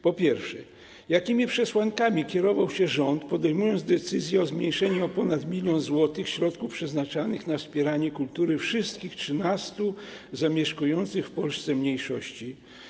Po pierwsze, jakimi przesłankami kierował się rząd, podejmując decyzję o zmniejszeniu o ponad 1 mln zł środków przeznaczonych na wspieranie kultury wszystkich 13 zamieszkujących w Polsce mniejszości?